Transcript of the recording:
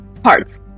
Parts